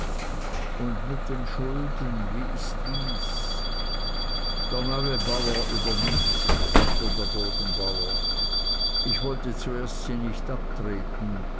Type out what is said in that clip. und mit den schulden wie ist dies der neue bauer übernimmt sie sagte der bodenbauer ich wollte zuerst sie nicht abtreten